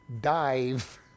dive